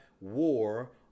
war